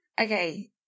Okay